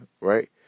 right